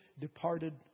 departed